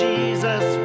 Jesus